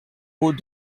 hauts